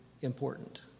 important